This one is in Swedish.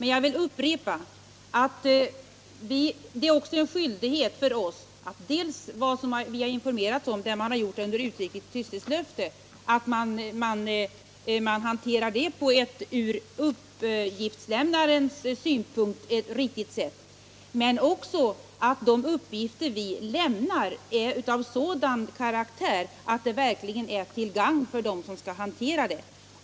Men jag vill upprepa att det också är en skyldighet för oss att hantera informationer vi fått under uttryckligt tysthetslöfte på ett från uppgiftslämnarens synpunkt riktigt sätt och att de uppgifter vi lämnar är av sådan karaktär att de verkligen är till gagn för dem som skall hantera dessa frågor.